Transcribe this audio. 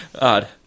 Odd